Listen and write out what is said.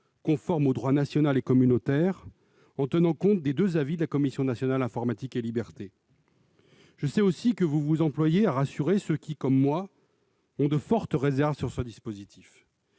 conforme au droit national et communautaire en tenant compte des deux avis de la Commission nationale informatique et libertés. Je sais aussi que vous vous employez à rassurer ceux qui, comme moi, ont de fortes réserves sur ce dispositif.